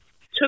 took